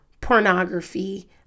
pornography